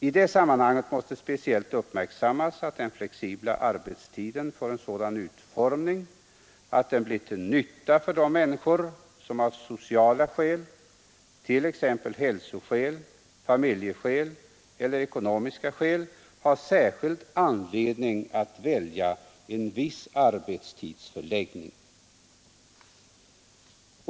I det sammanhanget måste speciellt uppmärksammas att den flexibla arbetstiden får en sådan utformning att den blir till nytta för de människor som av sociala skäl — t.ex. hälsoskäl, familjeskäl eller ekonomiska skäl — har särskild anledning att välja en viss arbetstidsförläggning.